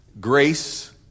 grace